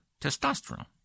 testosterone